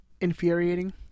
infuriating